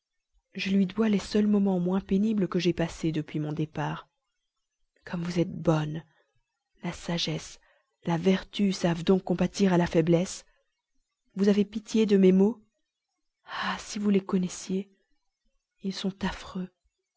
je lui dois les seuls moments moins pénibles que j'aie passés depuis mon départ comme vous êtes bonne la sagesse la vertu savent donc compatir à la faiblesse vous avez pitié de mes maux ah si vous les connaissiez ils sont affreux